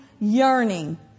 yearning